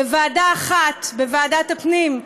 בוועדה אחת, בוועדת הפנים,